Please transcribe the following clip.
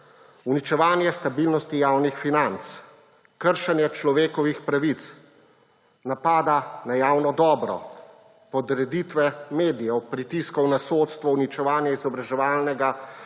uničevanje stabilnosti javnih financ, kršenje človekovih pravic, napada na javno dobro, podreditve medijev, pritiskov na sodstvo, uničevanje izobraževalnega